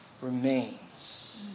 remains